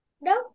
no